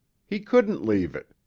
he couldn't leave it.